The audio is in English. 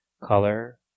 color